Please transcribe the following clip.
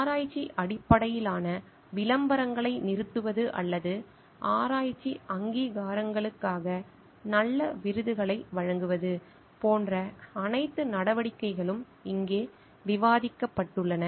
ஆராய்ச்சி அடிப்படையிலான விளம்பரங்களை நிறுத்துவது அல்லது ஆராய்ச்சி அங்கீகாரங்களுக்காக நல்ல விருதுகளை வழங்குவது போன்ற அனைத்து நடவடிக்கைகளும் இங்கே விவாதிக்கப்பட்டுள்ளன